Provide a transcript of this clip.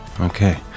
Okay